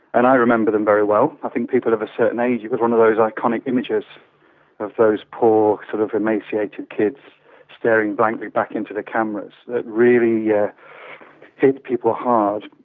and i remember them very well. i think people of a certain age, it was one of those iconic images of those poor sort of emaciated kids staring blankly back into the cameras that really yeah hit people hard.